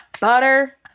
butter